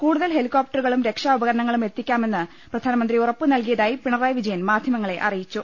കൂടുതൽ ഹെലികോപ്ടറുകളും രക്ഷാ ഉപകരണങ്ങളും എത്തിക്കാമെന്ന് പ്രധാനമന്ത്രി ഉറപ്പ് നൽകിയതായി പിണറായി വിജയൻ മാധ്യമങ്ങളെ അറിയിച്ചു